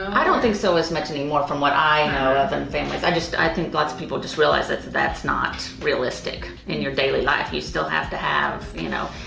i don't think so as much anymore from what i know of and families i just, i think lots of people just realize that that's not realistic in your daily life. you still have to have, you know,